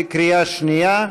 בקריאה שנייה.